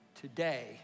today